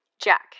Jack